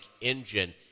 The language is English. engine